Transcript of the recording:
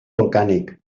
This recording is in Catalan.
volcànic